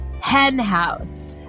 henhouse